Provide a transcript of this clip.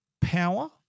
power